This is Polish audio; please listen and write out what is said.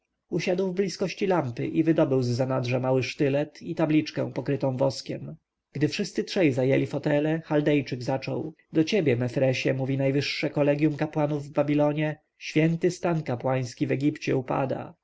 usiadł w bliskości lampki i wydobył z zanadrza mały sztylet i tabliczkę pokrytą woskiem gdy wszyscy trzej zajęli fotele chaldejczyk zaczął do ciebie mefresie mówi najwyższe kolegjum kapłanów w babilonie święty stan kapłański w egipcie upada